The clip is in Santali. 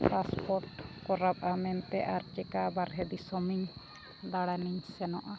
ᱯᱟᱥᱯᱳᱨᱴ ᱠᱚᱨᱟᱜ ᱢᱮᱱᱛᱮᱫ ᱟᱨ ᱪᱮᱠᱟ ᱵᱟᱨᱦᱮ ᱫᱤᱥᱚᱢ ᱤᱧ ᱫᱟᱬᱟᱱᱤᱧ ᱥᱮᱱᱚᱜᱼᱟ